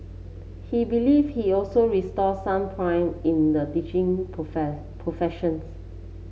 he believe he also restored some pride in the teaching profess professions